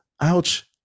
ouch